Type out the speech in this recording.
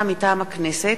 ירושלים, הכנסת,